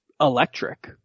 electric